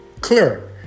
clear